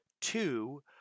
two